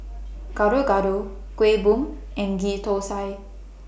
Gado Gado Kuih Bom and Ghee Tosai